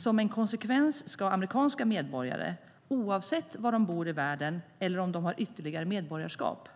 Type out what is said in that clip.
Som en konsekvens ska amerikanska medborgare, oavsett var de bor i världen eller om de har ytterligare medborgarskap,